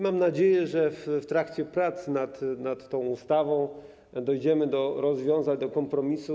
Mam nadzieję, że w trakcie prac nad tą ustawą dojedziemy do rozwiązań, do kompromisu.